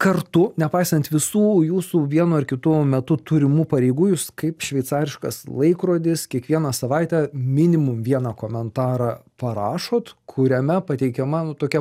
kartu nepaisant visų jūsų vienu ar kitu metu turimų pareigų jūs kaip šveicariškas laikrodis kiekvieną savaitę minimum vieną komentarą parašot kuriame pateikiama nu tokia